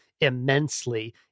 immensely